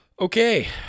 Okay